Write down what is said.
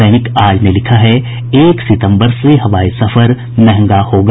दैनिक आज ने लिखा है एक सितम्बर से हवाई सफर महंगा होगा